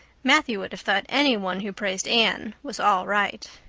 matthew would have thought anyone who praised anne was all right.